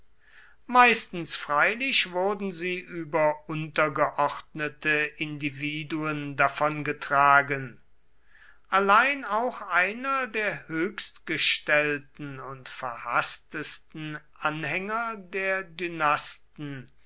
meistens freilich wurden sie über untergeordnete individuen davongetragen allein auch einer der höchstgestellten und verhaßtesten anhänger der